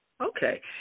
Okay